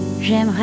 J'aimerais